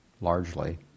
largely